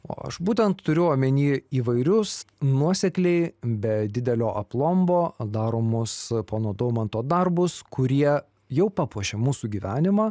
o aš būtent turiu omeny įvairius nuosekliai be didelio aplombo daromus pono domanto darbus kurie jau papuošė mūsų gyvenimą